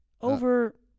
Over